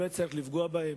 שלא היה צריך לפגוע בהם.